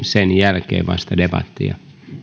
sen jälkeen vasta debattia